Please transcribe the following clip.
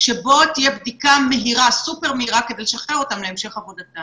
על פי החוק מי שקיבל הודעה יכול לפנות למשרד הבריאות